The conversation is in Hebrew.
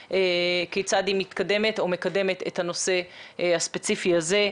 כיצד היא מתקדמת או מקדמת את הנושא הספציפי הזה,